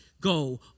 go